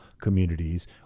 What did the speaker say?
communities